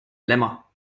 lemma